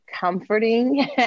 comforting